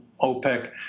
OPEC